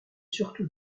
surtout